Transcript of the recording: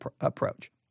approach